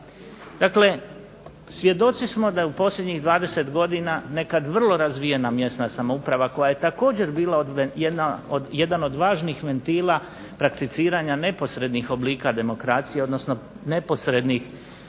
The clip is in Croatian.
Dakle svjedoci smo da u posljednjih 20 godina, nekad vrlo razvijena mjesna samouprava, koja je također bila jedan od važnih ventila prakticiranja neposrednih oblika demokracije, odnosno neposrednih